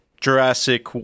jurassic